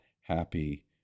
happy